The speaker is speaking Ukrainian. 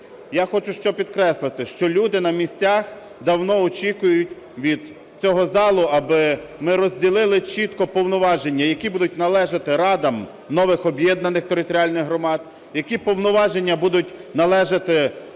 Я хочу, що підкреслити, що люди на місцях давно очікують від цього залу, аби ми розділили чітко повноваження, які будуть належати радам нових об'єднаних територіальних громад, які повноваження будуть належати